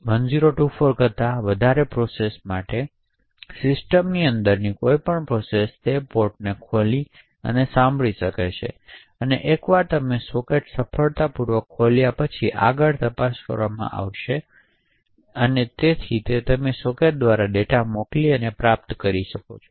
1024 કરતા વધારે પ્રોસેસ માટે સિસ્ટમની અંદરની કોઈપણ પ્રોસેસ ખરેખર તે પોર્ટને ખોલી અને સાંભળી શકશે તેથી એકવાર તમે સોકેટ સફળતાપૂર્વક ખોલ્યા પછી આગળ તપાસ કરવામાં આવશે અને તેથી તમે તે સોકેટ દ્વારા ડેટા મોકલી અને પ્રાપ્ત કરી શકો છો